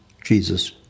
Jesus